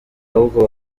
ahubwo